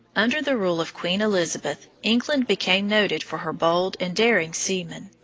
under the rule of queen elizabeth england became noted for her bold and daring seamen.